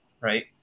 right